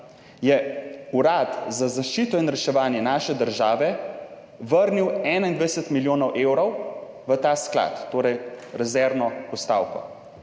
je Urad za zaščito in reševanje naše države vrnil 21 milijonov evrov v ta sklad. Torej rezervno postavko.